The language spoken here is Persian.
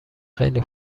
خیلی